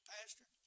Pastor